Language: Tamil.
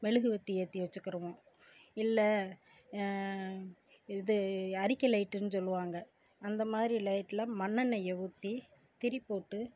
மெழுகுவர்த்தி ஏற்றி வச்சுக்கிருவோம் இல்லை இது அரிக்கை லைட்னு சொல்லுவாங்க அந்த மாதிரி லைட்ல மண்ணெண்ணைய ஊற்றி திரி போட்டு